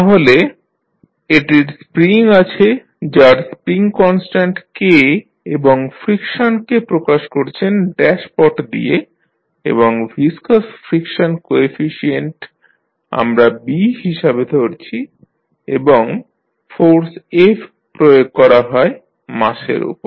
তাহলে এটির স্প্রিং আছে যার স্প্রিং কনস্ট্যান্ট K এবং ফ্রিকশনকে প্রকাশ করছেন ড্যাশপট দিয়ে এবং ভিসকাস ফ্রিকশন কোএফিশিয়েন্ট আমরা B হিসাবে ধরছি এবং ফোর্স প্রয়োগ করা হয় মাসের ওপর